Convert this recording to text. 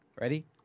Ready